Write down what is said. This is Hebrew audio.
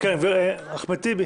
לחבר הכנסת אחמד טיבי